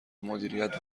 مدیریت